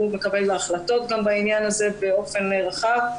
הוא גם מקבל החלטות בעניין הזה באופן רחב.